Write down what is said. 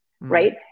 right